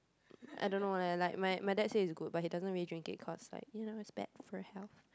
I don't know leh like my my dad say it's good but he doesn't really drink it cause like you know it's bad for health